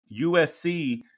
USC